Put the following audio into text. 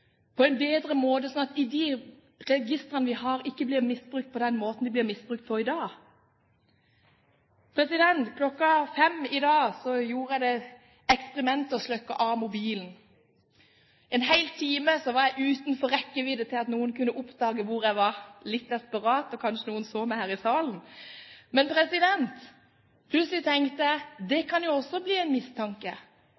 på en bedre måte, slik at de registrene vi har, ikke blir misbrukt på den måten de blir misbrukt i dag. Klokken fem i dag gjorde jeg det eksperiment å slå av mobilen. En hel time var jeg utenfor rekkevidde, slik at ikke noen kunne oppdage hvor jeg var – litt desperat, og kanskje noen så meg her i salen. Men plutselig tenkte jeg: Det